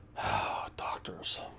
doctors